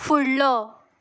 फुडलो